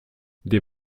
des